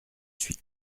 suis